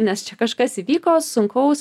nes čia kažkas įvyko sunkaus